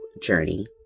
Journey